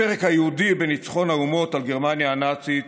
הפרק היהודי בניצחון האומות על גרמניה הנאצית